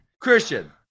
Christian